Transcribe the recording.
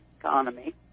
economy